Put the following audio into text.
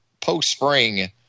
post-spring